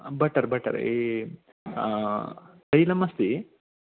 butter butter ए तैलमस्ति